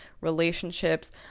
relationships